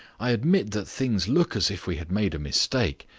i admit that things look as if we had made a mistake.